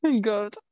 good